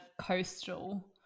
coastal